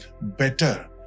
better